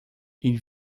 ils